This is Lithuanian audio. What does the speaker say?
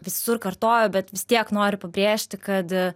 visur kartoju bet vis tiek nori pabrėžti kad